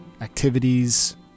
activities